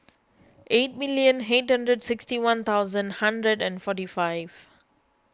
eight million eight hundred sixty one thousand hundred and forty five